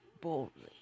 boldly